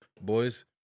Boys